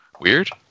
weird